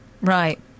Right